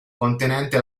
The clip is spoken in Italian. contenente